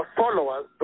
followers